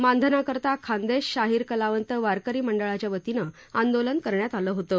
मानधनाकरता खान्देश शाहीर कलावंत वारकरी मंडळाच्या वतीनं आंदोलन करण्यात आलं होतं